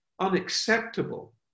unacceptable